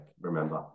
remember